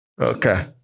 Okay